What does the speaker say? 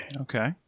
Okay